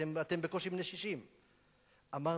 אתם בקושי בני 60. אמרתי: